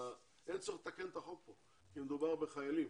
אין צורך לתקן את החוק כי מדובר בחיילים,